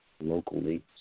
locally